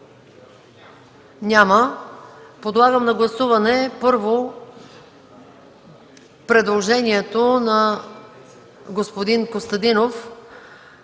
Няма. Подлагам на гласуване първо предложението на господин Костадинов